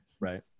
Right